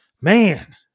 man